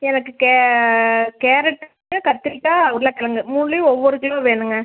எனக்கு கே கேரட்டு கத்திரிக்காய் உருளக்கிழங்கு மூணிலியும் ஒவ்வொரு கிலோ வேணுங்க